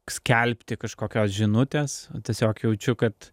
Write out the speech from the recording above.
skelbti kažkokios žinutės tiesiog jaučiu kad